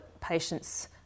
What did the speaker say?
patients